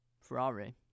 Ferrari